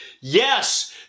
Yes